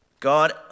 God